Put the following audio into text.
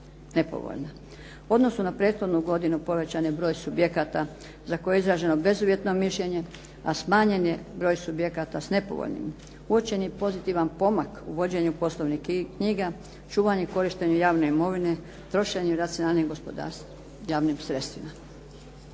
odnosu na prethodnu godinu povećan je broj subjekata za koje je izraženo bezuvjetno mišljenje a smanjen je broj subjekata s nepovoljnim. Uočen je pozitivan pomak u vođenju poslovnih knjiga, čuvanju i korištenju javne imovine, trošenju racionalne …/Govornica se ne